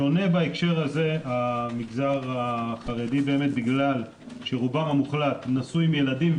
שונה בהקשר הזה המגזר החרדי בגלל שרובם המוחלט נשוי עם ילדים,